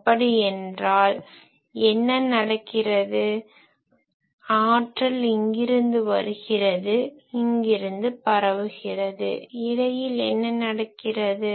அப்படியென்றால் என்ன நடக்கிறது ஆற்றல் இங்கிருந்து வருகிறது இங்கிருந்து பரவுகிறது இடையில் என்ன நடக்கிறது